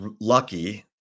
lucky